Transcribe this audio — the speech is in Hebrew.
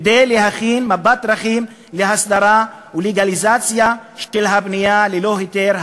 כדי להכין מפת דרכים להסדרה ולגליזציה של הבנייה ללא היתר,